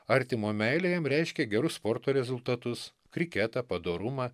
artimo meilė jam reiškė gerus sporto rezultatus kriketą padorumą